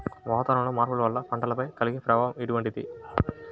వాతావరణంలో మార్పుల వల్ల పంటలపై కలిగే ప్రభావం ఎటువంటిది?